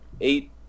eight